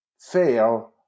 fail